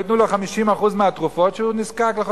או ייתנו 50% מהתרופות שהוא נזקק להן,